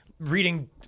Reading